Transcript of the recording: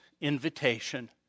invitation